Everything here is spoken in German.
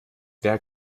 wer